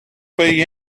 pay